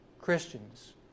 Christians